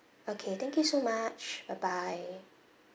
okay thank you so much bye bye